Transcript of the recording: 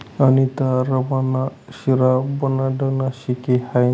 अनीता रवा ना शिरा बनाडानं शिकी हायनी